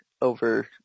over